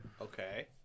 Okay